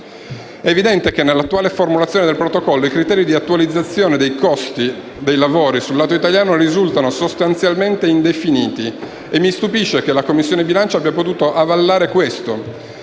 È evidente che nell'attuale formulazione del Protocollo i criteri di attualizzazione dei costi dei lavori sul lato italiano risultano sostanzialmente indefiniti e mi stupisce che la Commissione bilancio abbia potuto avallare questo.